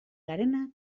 garena